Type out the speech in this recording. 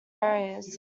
areas